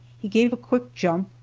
he gave a quick jump,